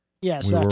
Yes